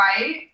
right